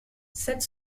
sept